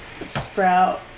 sprout